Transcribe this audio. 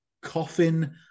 coffin